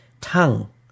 tongue